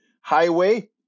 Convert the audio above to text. Highway